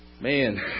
man